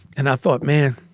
and i thought, man,